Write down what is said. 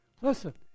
Listen